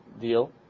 deal